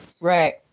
Right